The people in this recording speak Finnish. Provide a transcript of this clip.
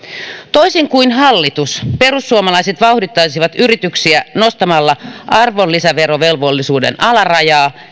toisin kuin hallitus perussuomalaiset vauhdittaisivat yrityksiä nostamalla arvonlisäverovelvollisuuden alarajaa